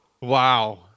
wow